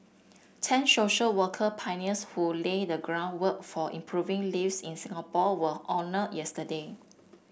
ten social work pioneers who laid the groundwork for improving lives in Singapore were honoured yesterday